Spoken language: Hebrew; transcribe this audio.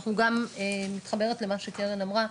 אנחנו גם מתחברת למה שקרן אמרה,